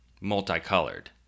multicolored